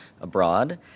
abroad